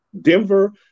Denver